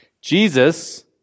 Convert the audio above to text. Jesus